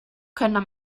können